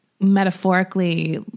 metaphorically